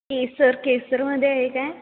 केशर केशरमध्ये आहे का